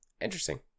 Interesting